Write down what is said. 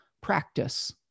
practice